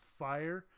fire